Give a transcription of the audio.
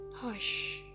Hush